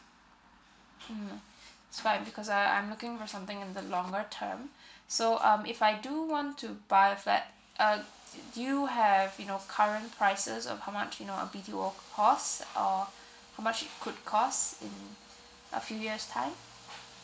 mm it's fine because I I'm looking for something in the longer term so um if I do want to buy flat uh d~ do you have you know current prices of how much you know a B_T_O cost or how much it could cost in a few years time